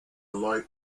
light